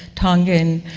tongan,